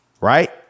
right